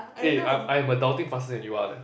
eh I I am adulting faster than you are leh